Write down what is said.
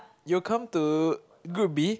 you come to group B